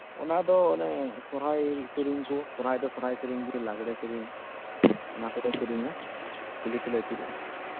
ᱚᱱᱟ ᱫᱚ ᱚᱱᱮ ᱥᱚᱨᱦᱟᱭ ᱥᱮᱨᱮᱧ ᱠᱚ ᱥᱚᱨᱦᱟᱭ ᱫᱚ ᱥᱚᱨᱦᱟᱭ ᱥᱮᱨᱮᱧ ᱜᱮ ᱞᱟᱜᱽᱲᱮ ᱥᱮᱨᱮᱧ ᱚᱱᱟ ᱠᱚᱞᱮ ᱥᱮᱨᱮᱧᱟ ᱠᱩᱞᱦᱤ ᱠᱩᱞᱦᱤ ᱛᱮᱞᱮ ᱟᱹᱪᱩᱨᱚᱜᱼᱟ